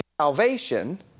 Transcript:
salvation